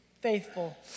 faithful